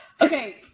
Okay